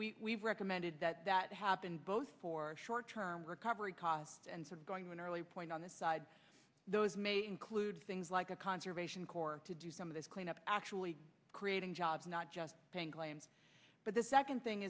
we recommended that that happen both for short term recovery costs and for going to an early point on the side those may include things like a conservation corps to do some of this cleanup actually creating jobs not just paying claims but the second thing